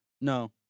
No